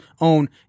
own